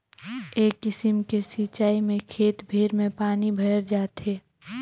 ए किसिम के सिचाई में खेत भेर में पानी भयर जाथे